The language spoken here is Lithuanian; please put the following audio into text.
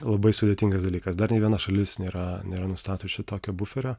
labai sudėtingas dalykas dar nė viena šalis nėra nėra nustačius šitokio buferio